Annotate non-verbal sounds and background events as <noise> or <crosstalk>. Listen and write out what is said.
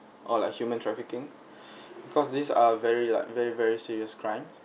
or like human trafficking <breath> because these are very like very very serious crimes